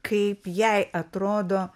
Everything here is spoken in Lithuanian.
kaip jai atrodo